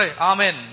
Amen